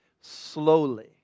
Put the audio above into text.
slowly